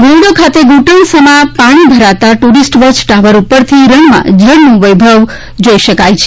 ઘોરડો ખાતે ઘુંટણ સમાણા પાણી ભરાતા ટ્રરીસ્ટ વોચ ટાવર ઉપરથી રણમાં જળનો વેભવ જોઇ શકાય છે